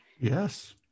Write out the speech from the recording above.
Yes